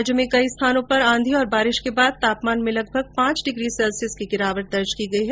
राज्य में कई स्थानों पर आंधी और बारिश के बाद तापमान में लगभग पांच डिग्री सैल्सियस की गिरावट दर्ज की गयी है